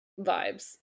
vibes